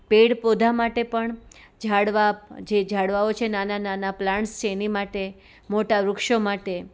pad પૌધા માટે પણ ઝાડવા જે ઝાડવાઓ છે નાના નાના પ્લાન્ટ્સ છે એની માટે મોટા વૃક્ષો માટે